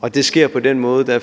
og det sker på den måde,